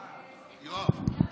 יו"ר הוועדה רוצה, בבקשה.